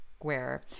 square